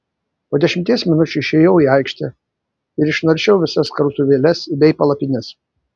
po dešimties minučių išėjau į aikštę ir išnaršiau visas krautuvėles bei palapines